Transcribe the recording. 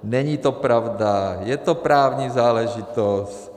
Není to pravda, je to právní záležitost.